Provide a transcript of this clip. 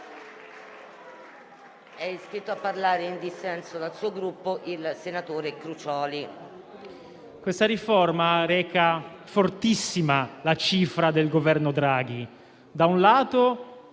Questa riforma reca fortissima la cifra del Governo Draghi. Da un lato